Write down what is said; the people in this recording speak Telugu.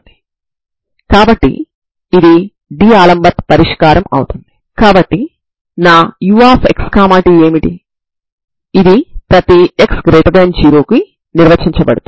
దీని నుండి c2cos μa sin μ కూడా పరిష్కారం అవుతుంది ఈ విధంగా మీరు ఈ పరిష్కారాన్ని పొందుతారు సరేనా